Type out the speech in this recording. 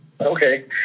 Okay